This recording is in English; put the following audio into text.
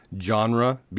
genre